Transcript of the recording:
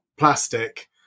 plastic